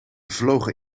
vlogen